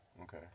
okay